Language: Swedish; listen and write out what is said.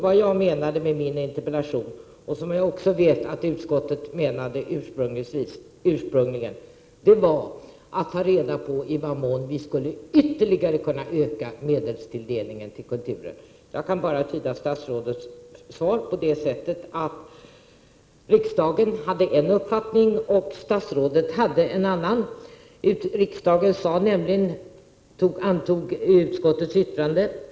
Vad jag menade med min interpellation, och som jag vet att utskottet ursprungligen menade, var att man skulle ta reda på i vilken utsträckning vi ytterligare skulle kunna öka medelstilldelningen till kulturen. Jag kan bara tyda statsrådets svar så att riksdagen hade en uppfattning och statsrådet en annan. Riksdagen antog nämligen utskottets förslag.